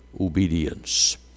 obedience